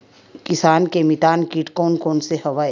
किसान के मितान कीट कोन कोन से हवय?